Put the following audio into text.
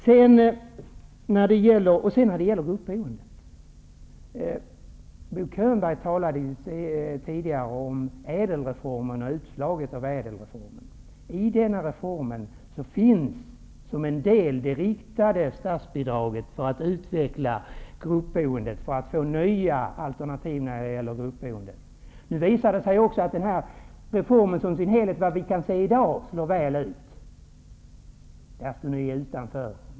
Vidare har vi frågan om gruppboendet. Bo Könberg talade tidigare om ÄDEL-reformen. I denna reform finns som en del det riktade statsbidraget för att utveckla gruppboendet och för att få nya alternativ till gruppboende. Nu visar det sig också, enligt vad vi kan se i dag, att denna reform som helhet slår väl ut. Där står ni moderater utanför.